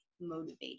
motivated